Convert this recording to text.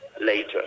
later